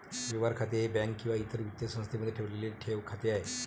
व्यवहार खाते हे बँक किंवा इतर वित्तीय संस्थेमध्ये ठेवलेले ठेव खाते आहे